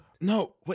No